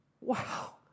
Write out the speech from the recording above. Wow